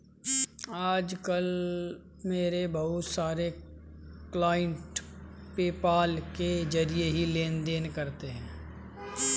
आज कल मेरे बहुत सारे क्लाइंट पेपाल के जरिये ही लेन देन करते है